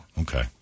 Okay